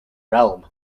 realm